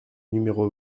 numéro